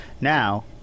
now